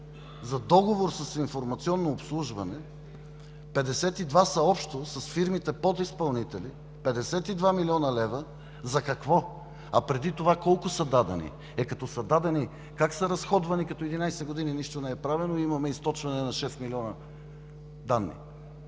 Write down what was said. за договор с „Информационно обслужване“ – 52 милиона са общо с фирмите подизпълнители, 52 млн. лв. за какво? А преди това колко са дадени? Е, като са дадени, как са разходвани, след като 11 години нищо не е правено и имаме източване на 6 милиона данни?